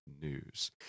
News